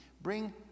Bring